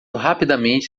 rapidamente